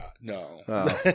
No